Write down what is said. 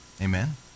amen